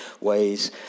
ways